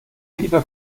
lieber